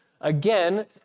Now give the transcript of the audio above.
Again